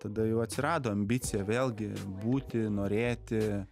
tada jau atsirado ambicija vėlgi būti norėti